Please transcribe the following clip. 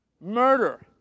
murder